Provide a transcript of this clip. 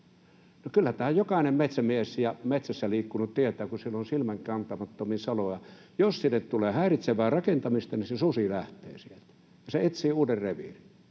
No, kyllä tämän jokainen metsämies ja metsässä liikkunut tietää, kun siellä on silmänkantamattomiin saloa, että jos sinne tulee häiritsevää rakentamista, niin se susi lähtee sieltä. Se etsii uuden reviirin.